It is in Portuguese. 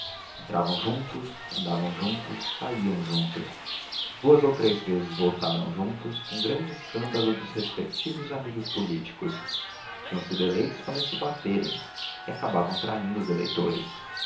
entravam juntos andavam juntos saíam juntos duas ou três vezes votaram juntos com grande escândalo dos respectivos amigos políticos tinham sido eleitos para se baterem e acabavam traindo os eleitores